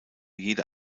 jede